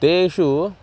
तेषु